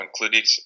included